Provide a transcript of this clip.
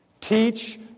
teach